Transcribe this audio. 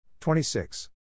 26